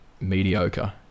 mediocre